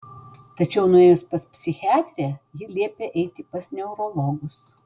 tačiau nuėjus pas psichiatrę ji liepė eiti pas neurologus